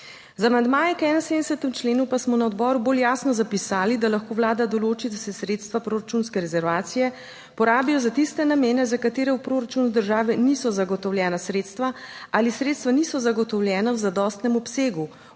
Z amandmaji k 71. členu pa smo na odboru bolj jasno zapisali, da lahko vlada določi, da se sredstva proračunske rezervacije porabijo za tiste namene, za katere v proračunu države niso zagotovljena sredstva ali sredstva niso zagotovljena v zadostnem obsegu,